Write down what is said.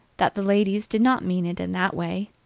that the ladies did not mean it in that way,